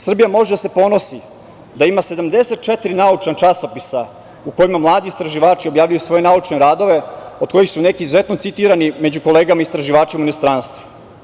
Srbija može da se ponosi da ima 74 naučna časopisa u kojima mladi istraživači objavljuju svoje naučne radove, od kojih su neki izuzetno citirani među kolegama istraživačima u inostranstvu.